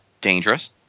dangerous